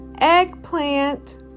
Eggplant